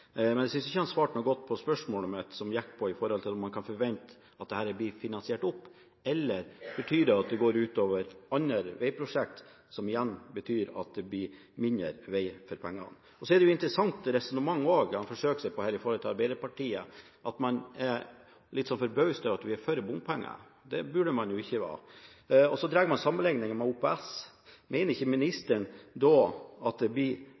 Men jeg synes ikke han svarte noe godt på spørsmålet mitt, som gikk på om man kan forvente at dette blir finansiert opp. Eller betyr det at det går ut over andre vegprosjekter, som igjen betyr at det blir mindre veg for pengene? Så er det jo interessant det resonnementet han forsøkte seg på i forhold til Arbeiderpartiet, at man er litt forbauset over at vi er for bompenger. Det burde man jo ikke være. Så trekker man sammenligning med OPS. Mener ikke ministeren at det blir